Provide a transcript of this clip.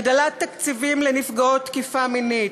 הגדלת תקציבים לנפגעות תקיפה מינית,